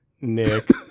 Nick